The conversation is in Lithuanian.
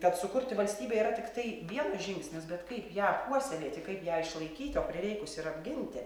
tad sukurti valstybę yra tiktai vien žingsnis bet kaip ją puoselėti kaip ją išlaikyti o prireikus ir apginti